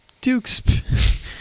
Duke's